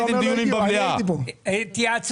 דבי ביטון, בקשה.